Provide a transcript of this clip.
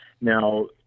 now